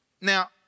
Now